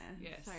Yes